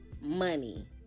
money